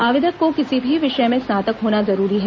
आवेदक को किसी भी विषय में स्नातक होना जरूरी है